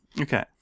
Okay